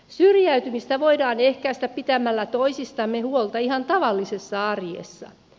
syrjäytymistä voidaan ehkäistä pitämällä toisistamme huolta ihan tavallisessa arjessa